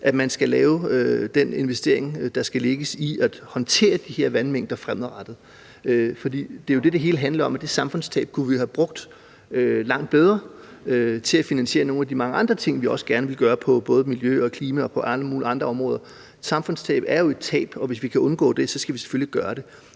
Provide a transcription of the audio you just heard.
sted – skal lave, altså den investering, der skal lægges i at håndtere de her vandmængder fremadrettet. For det er jo det, det hele handler om. Det samfundstab kunne vi jo have brugt langt bedre til at finansiere nogle af de mange andre ting, vi også gerne vil gøre på både miljø- og klimaområdet og alle mulige andre områder. Samfundstab er jo et tab, og hvis vi kan undgå det, skal vi selvfølgelig gøre det.